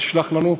תשלח לנו.